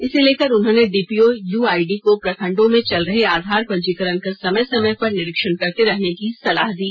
इसे लेकर उन्होंने डीपीओ युआईडी को प्रखंडों में चल रहे आधार पंजीकरण का समय समय पर निरीक्षण करते रहने की सलाह दी